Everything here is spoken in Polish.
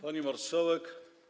Pani Marszałek!